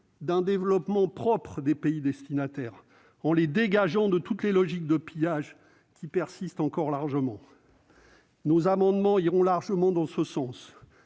d'un développement propre des pays destinataires et la dégager de toutes les logiques de pillage qui persistent encore largement. Nos amendements iront dans ce sens,